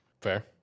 fair